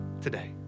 today